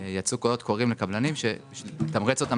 יצאו קולות קוראים לקבלנים לתמרץ אותם